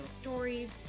stories